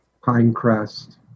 Pinecrest